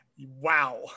Wow